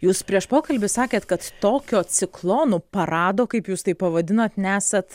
jūs prieš pokalbį sakėt kad tokio ciklonų parado kaip jūs tai pavadinot nesat